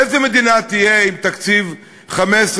היא: איזו מדינה תהיה עם תקציב 15'-16'?